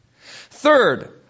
Third